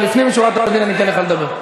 אבל לפנים משורת הדין אני אתן לך לדבר.